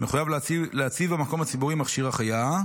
מחויב להציב במקום הציבורי מכשיר החייאה,